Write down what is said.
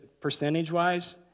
percentage-wise